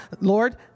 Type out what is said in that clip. Lord